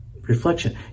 reflection